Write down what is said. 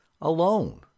Alone